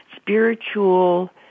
spiritual